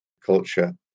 culture